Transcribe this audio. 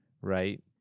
right